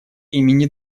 имени